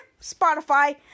Spotify